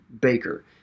baker